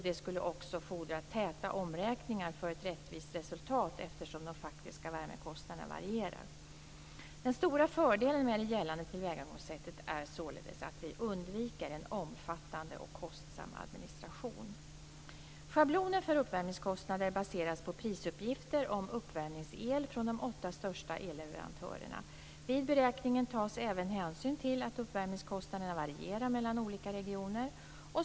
Det skulle också fordra täta omräkningar för ett rättvist resultat eftersom de faktiska värmekostnaderna varierar. Den stora fördelen med det gällande tillvägagångssättet är således att vi undviker en omfattande och kostsam administration. Schablonen för uppvärmningskostnader baseras på prisuppgifter om uppvärmningsel från de åtta största elleverantörerna. Vid beräkningen tas även hänsyn till att uppvärmningskostnaderna varierar mellan olika regioner.